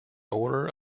order